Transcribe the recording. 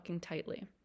tightly